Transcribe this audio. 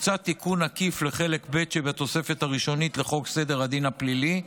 מוצע תיקון עקיף לחלק ב' שבתוספת הראשונה לחוק סדר הדין הפלילי,